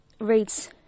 rates